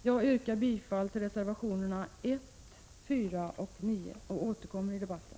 Jag yrkar bifall till reservationerna 1, 4 och 9. Jag återkommer i debatten.